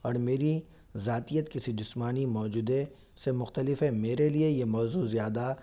اور میری ذاتیت کسی جسمانی موجودہ سے مختلف ہے میرے لیے یہ موضوع زیادہ